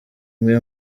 umwe